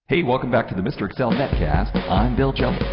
hey! welcome back to the mr. excel netcast. i'm bill jelen.